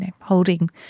holding